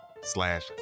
slash